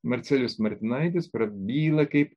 marcelijus martinaitis prabyla kaip